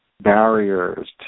barriers